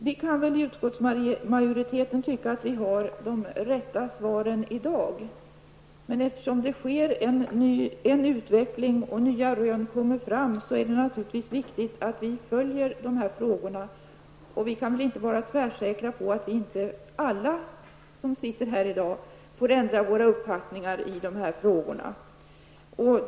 Vi kan i utskottsmajoriteten tycka att vi har de rätta svaren i dag. Men eftersom det sker en utveckling och nya rön kommer fram, är det naturligtvis viktig att vi följer dessa frågor. Vi kan inte vara tvärsäkra på att inte vi alla som sitter här får ändra vår uppfattning i dessa frågor.